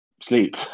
sleep